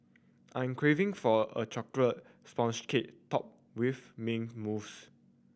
I'm craving for a chocolate sponge cake topped with mint mousse